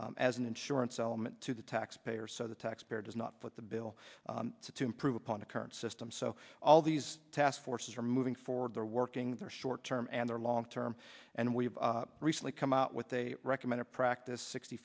place as an insurance element to the taxpayer so the taxpayer does not foot the bill to improve upon the current system so all these task forces are moving forward they're working their short term and their long term and we've recently come out with a recommended practice sixty